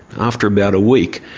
after about a week,